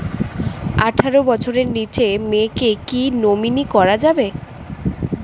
আঠারো বছরের নিচে মেয়েকে কী নমিনি করা যাবে?